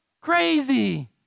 crazy